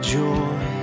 joy